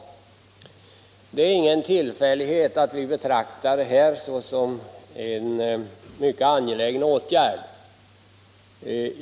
Det är ingen tillfällighet att vi betraktar det här som en mycket angelägen fråga.